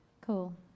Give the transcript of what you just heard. Cool